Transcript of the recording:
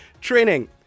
training